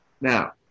Now